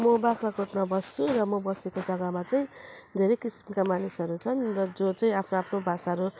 म बाख्राकोटमा बस्छु र म बसेको जगामा चाहिँ धेरै किसिमका मानिसहरू छन् र जो चाहिँ आफ्नो आफ्नो भाषाहरू